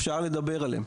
אפשר לדבר עליהם.